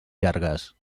llargues